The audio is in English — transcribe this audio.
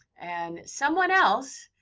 and someone else